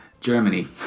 Germany